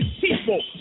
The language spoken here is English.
people